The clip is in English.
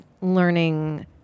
learning